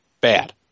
bad